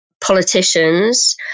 politicians